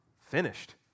finished